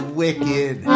wicked